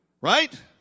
Right